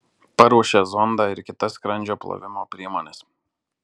paruošia zondą ir kitas skrandžio plovimo priemones